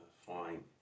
fine